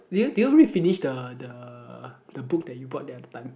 did you did you read finish the the the book that you bought the other time